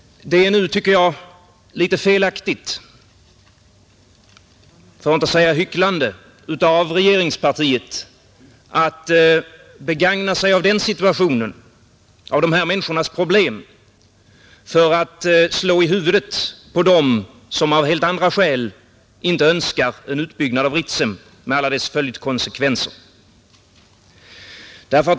Det är nu, tycker jag, felaktigt för att inte säga hycklande av regeringspartiet att begagna sig av dessa människors problem för att slå i huvudet på dem som av helt andra skäl inte önskar en utbyggnad av Ritsem med alla dess konsekvenser.